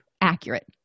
accurate